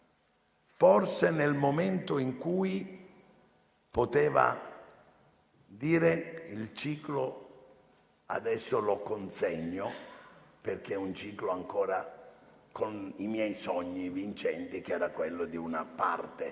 forse nel momento in cui poteva dire: il ciclo adesso lo consegno, perché è un ciclo ancora con i miei sogni vincenti, che era quello di una larga